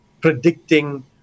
predicting